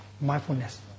mindfulness